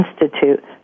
Institute